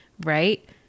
right